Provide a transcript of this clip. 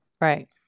Right